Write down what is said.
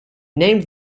named